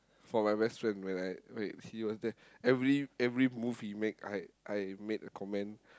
for my best friend when I when he was there every every move he make I I made a comment